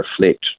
reflect